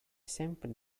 sempre